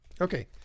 Okay